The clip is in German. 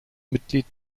mitglied